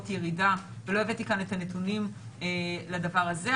ירידה ולא הבאתי כאן את הנתונים לדבר הזה,